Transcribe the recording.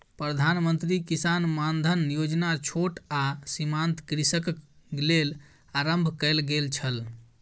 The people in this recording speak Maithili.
प्रधान मंत्री किसान मानधन योजना छोट आ सीमांत कृषकक लेल आरम्भ कयल गेल छल